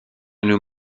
nous